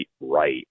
right